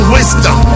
wisdom